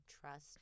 trust